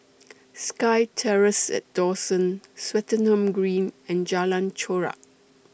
SkyTerrace At Dawson Swettenham Green and Jalan Chorak